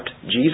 Jesus